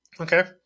Okay